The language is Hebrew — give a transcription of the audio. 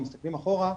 אם מסתכלים אחורה,